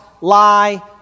lie